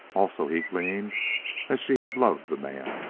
also, he gleaned that she had loved the man.